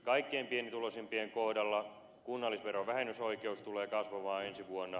kaikkein pienituloisimpien kohdalla kunnallisveron vähennysoikeus tulee kasvamaan ensi vuonna